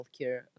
healthcare